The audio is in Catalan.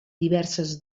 diverses